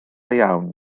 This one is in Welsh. iawn